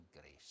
grace